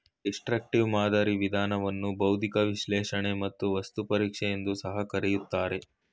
destructive ಮಾದರಿ ವಿಧಾನವನ್ನು ಬೌದ್ಧಿಕ ವಿಶ್ಲೇಷಣೆ ಮತ್ತು ವಸ್ತು ಪರೀಕ್ಷೆ ಎಂದು ಸಹ ಕರಿತಾರೆ